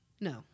No